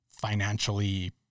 financially